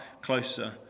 closer